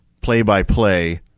play-by-play